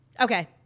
Okay